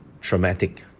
traumatic